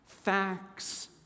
Facts